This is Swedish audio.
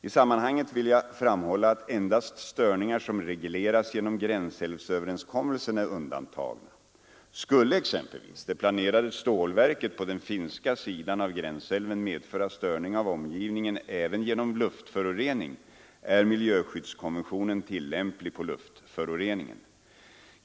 I sammanhanget vill jag framhålla att endast störningar som regleras genom gränsälvsöverenskommelsen är undantagna. Skulle exempelvis det planerade stålverket på den finska sidan av gränsälven medföra störning av omgivningen även genom luftförorening, är miljöskyddskonventionen tillämplig på luftföroreningen.